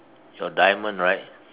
your diamond right